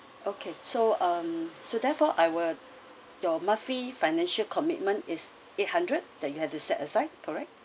okay so um so therefore I will your monthly financial commitment is eight hundred that you have to set aside correct